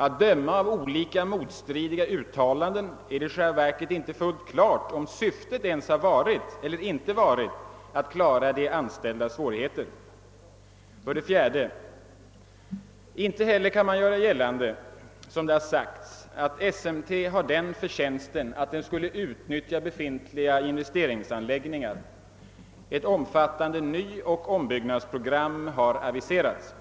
Att döma av motstridiga uttalanden är det i själva verket inte fullt klart om syftet ens har varit att klara de anställdas svårigheter. 4. Inte heller kan man, som framhållits, göra gällande att SMT har den förtjänsten att utnyttja befintliga investeringsanläggningar. Ett omfattande nyoch ombyggnadsprogram har aviserats.